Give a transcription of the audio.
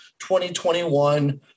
2021